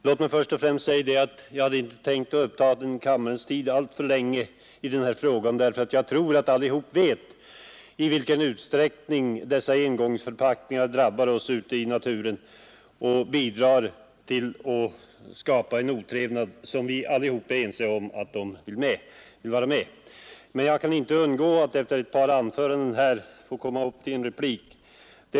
Låt mig först säga att jag inte hade tänkt uppta kammarens tid alltför länge i den här frågan därför att jag tror att alla vet i vilken utsträckning dessa engångsförpackningar drabbar oss ute i naturen och bidrar till att skapa otrevnad. Men jag kan inte underlåta att efter ett par anföranden här komma upp för en replik.